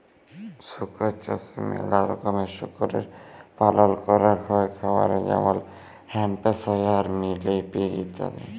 শুকর চাষে ম্যালা রকমের শুকরের পালল ক্যরাক হ্যয় খামারে যেমল হ্যাম্পশায়ার, মিলি পিগ ইত্যাদি